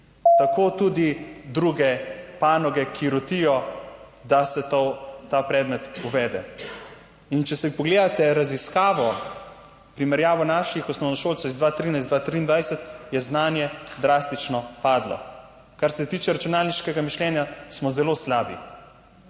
kot tudi druge panoge, ki rotijo, da se uvede ta predmet. Če si pogledate raziskavo, primerjavo naših osnovnošolcev iz 2013 in 2023, je znanje drastično padlo. Kar se tiče računalniškega mišljenja, smo zelo slabi.